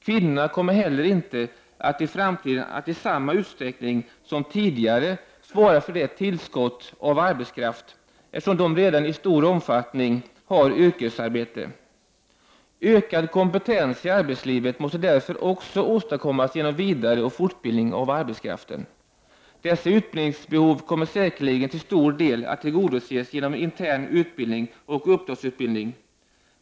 Kvinnorna kommer heller inte att i framtiden i samma utsträckning som tidigare svara för ett tillskott av arbetskraft, eftersom de redan i stor omfattning har yrkesarbete. Ökad kompetens i arbetslivet måste därför också åstadkommas genom vidareoch fortbildning av arbetskraften. Dessa utbildningsbehov kommer säkerligen till stor del att tillgodoses genom intern utbildning och uppdragsutbildning.